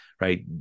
right